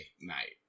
night